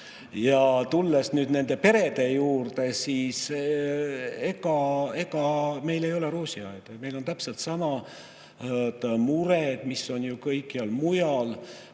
Tulles nüüd perede juurde, siis ega meil ei ole roosiaed. Meil on täpselt samad mured, mis on kõikjal mujal.